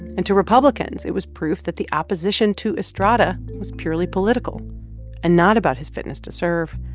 and to republicans, it was proof that the opposition to estrada was purely political and not about his fitness to serve.